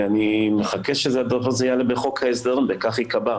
ואני מחכה שהדו"ח הזה יעלה בחוק ההסדרים וכך ייקבע.